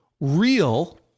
real